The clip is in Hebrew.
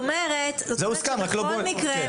בכל מקרה,